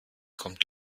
kommt